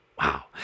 Wow